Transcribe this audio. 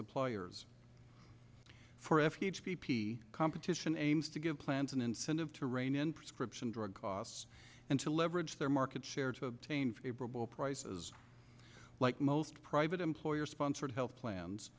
suppliers for refuge p p competition aims to give plants an incentive to rein in prescription drug costs and to leverage their market share to obtain favorable prices like most private employer sponsored health plans